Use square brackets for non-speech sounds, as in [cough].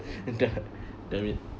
[laughs] da~ damn it